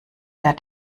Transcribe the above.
der